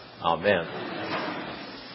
Amen